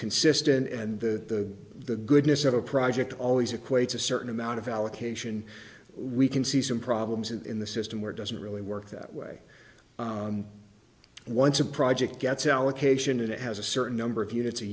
consistent and the the goodness of a project always equates a certain amount of allocation we can see some problems in the system where it doesn't really work that way and once a project gets allocation it has a certain number of unit